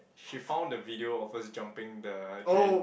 she found the video of us jumping the drain